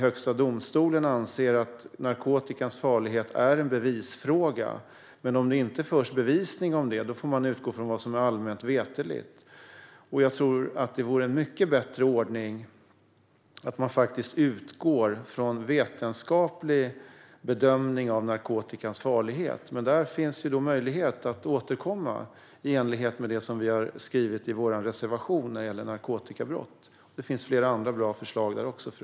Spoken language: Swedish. Högsta domstolen anser att narkotikans farlighet är en bevisfråga. Men om det inte förs fram bevisning får man utgå från vad som är allmänt veterligt. Det vore en mycket bättre ordning att faktiskt utgå från vetenskaplig bedömning av narkotikans farlighet. Där finns möjlighet att återkomma i enlighet med det som vi har skrivit i vår reservation om narkotikabrott. För övrigt finns även flera andra bra förslag där.